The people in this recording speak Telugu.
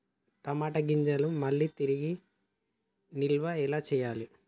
టమాట గింజలను మళ్ళీ తిరిగి నిల్వ ఎలా చేయాలి?